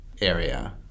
area